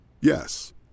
Yes